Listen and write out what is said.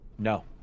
No